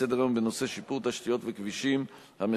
ובנושא: שיפור תשתיות וכבישים המחברים